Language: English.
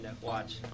Watch